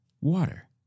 water